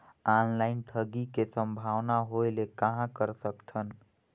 Online ठगी के संभावना होय ले कहां कर सकथन?